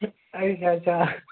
आई थुआढ़ी चाह्